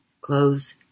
Clothes